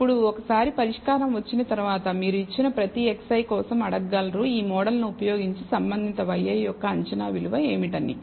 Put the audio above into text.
ఇప్పుడు ఒకసారి పరిష్కారం వచ్చిన తర్వాత మీరు ఇచ్చిన ప్రతి xi కోసం అడగగలరు ఈ మోడల్ ను ఉపయోగించి సంబంధిత y i యొక్క అంచనా విలువ ఏమిటని